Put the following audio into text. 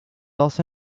los